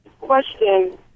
question